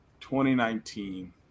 2019